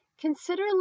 consider